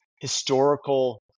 historical